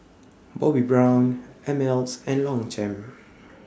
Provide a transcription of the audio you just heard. Bobbi Brown Ameltz and Longchamp